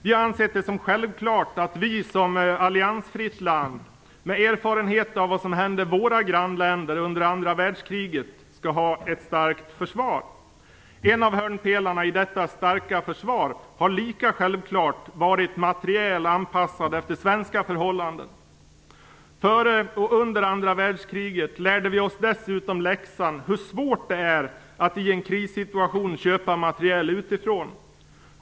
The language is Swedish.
Vi har ansett det som självklart att vi som alliansfritt land, med erfarenhet av vad som hände våra grannländer under andra världskriget, skall ha ett starkt försvar. En av hörnpelarna i detta starka försvar har lika självklart varit materiel anpassade efter svenska förhållanden. Före och under andra världskriget lärde vi oss dessutom läxan hur svårt det är att i en krissituation köpa materiel utifrån.